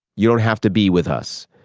you don't have to be with us.